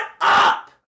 up